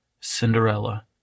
Cinderella